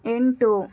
ಎಂಟು